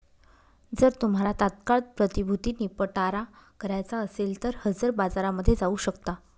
जर तुम्हाला तात्काळ प्रतिभूती निपटारा करायचा असेल तर हजर बाजारामध्ये जाऊ शकता